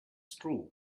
true